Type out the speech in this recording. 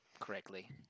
correctly